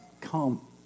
Come